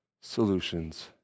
solutions